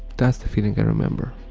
that's the feeling i remember,